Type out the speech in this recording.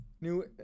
New